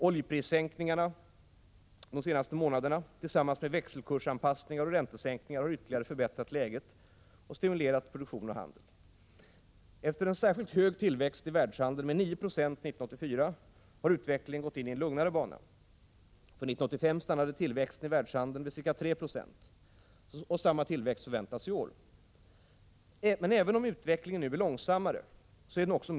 Oljeprissänkningen under de senaste månaderna tillsammans med växelkursanpassningar och räntesänkningar har ytterligare förbättrat läget och stimulerat produktion och handel. Efter en särskilt hög tillväxt i världshandeln 1984, med 9 96, har utvecklingen gått in i en lugnare bana. För år 1985 stannade tillväxten i världshandeln vid ca 3 96. Samma tillväxt förväntas i år. Även om utvecklingen nu är långsammare, är den mer stabil.